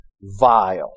vile